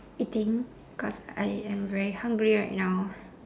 eating cause I am very hungry right now